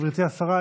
גברתי השרה,